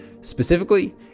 Specifically